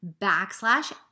backslash